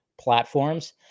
platforms